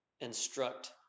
instruct